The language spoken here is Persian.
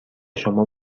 شما